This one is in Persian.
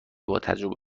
باتجربه